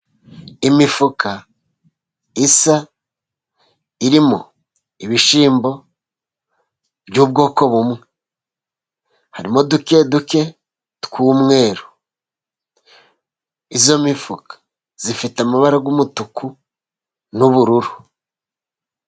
Imifuka isa irimo ibishyimbo by'ubwoko bumwe, harimo duke duke tw'umweru. Iyo mifuka ifite amabara y'umutuku n'ubururu.